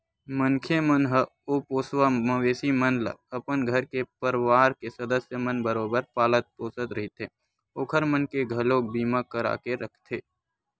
मनखे मन ह ओ पोसवा मवेशी मन ल अपन घर के परवार के सदस्य मन बरोबर पालत पोसत रहिथे ओखर मन के घलोक बीमा करा के रखथे